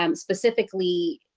um specifically,